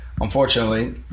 unfortunately